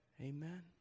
Amen